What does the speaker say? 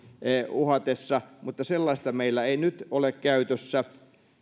uhatessa mutta sellaista meillä ei nyt ole käytössä